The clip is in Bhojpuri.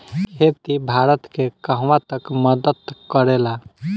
खेती भारत के कहवा तक मदत करे ला?